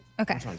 Okay